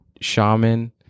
shaman